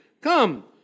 Come